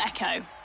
Echo